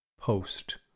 post